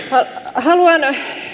haluan